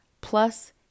Plus